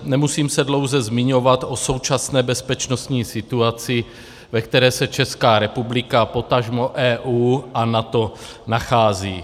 Nemusím se dlouze zmiňovat o současné bezpečnostní situaci, ve které se Česká republika a potažmo EU a NATO nachází.